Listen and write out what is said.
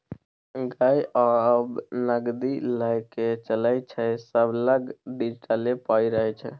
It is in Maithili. गै आब नगदी लए कए के चलै छै सभलग डिजिटले पाइ रहय छै